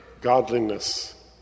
Godliness